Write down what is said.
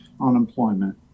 unemployment